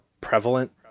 prevalent